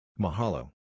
Mahalo